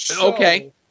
Okay